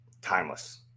timeless